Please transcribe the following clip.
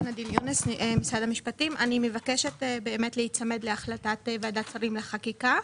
אני מבקשת להיצמד להחלטת ועדת השרים לענייני חקיקה.